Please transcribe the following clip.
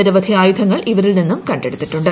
നിരവധി ആയുധങ്ങൾ ഇവരിൽ നിന്ന് കണ്ടെടുത്തിട്ടുണ്ട്